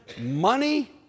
money